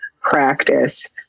practice